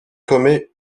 commet